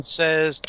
says